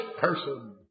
person